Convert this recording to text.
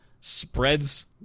spreads